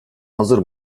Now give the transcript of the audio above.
hazır